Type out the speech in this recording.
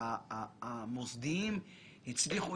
המוסדיים הצליחו,